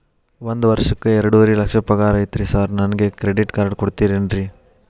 ಒಂದ್ ವರ್ಷಕ್ಕ ಎರಡುವರಿ ಲಕ್ಷ ಪಗಾರ ಐತ್ರಿ ಸಾರ್ ನನ್ಗ ಕ್ರೆಡಿಟ್ ಕಾರ್ಡ್ ಕೊಡ್ತೇರೆನ್ರಿ?